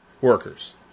workers